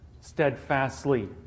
steadfastly